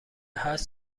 هست